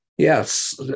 Yes